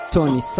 Tony